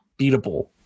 beatable